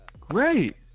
Great